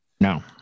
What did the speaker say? no